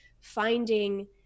finding